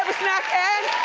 snack and